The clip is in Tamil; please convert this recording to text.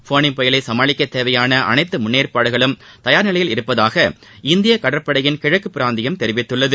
ஃபோனி புயலை சமாளிக்கத் தேவையான அனைத்து முன்னேற்பாடுகளும் தயார் நிலையில் இருப்பதாக இந்திய கடற்படையின் கிழக்கு பிராந்தியம் தெரிவித்துள்ளது